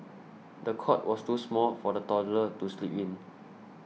the cot was too small for the toddler to sleep in